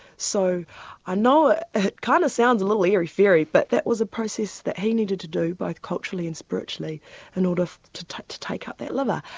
so i ah know it kind of sounds a little airy fairy but that was a process that he needed to do both culturally and spiritually in order to to take up that liver.